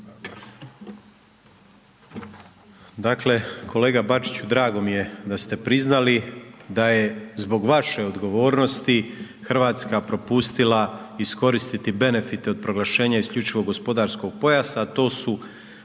Dakle, kolega Bačiću, drago mi je da ste priznali da je zbog vaše odgovornosti Hrvatska propustila iskoristiti benefite od proglašenja IGP-a, a to su